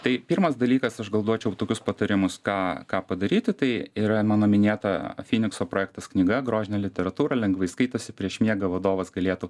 tai pirmas dalykas aš gal duočiau tokius patarimus ką ką padaryti tai yra mano minėta finikso projektas knyga grožinė literatūra lengvai skaitosi prieš miegą vadovas galėtų